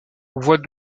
vois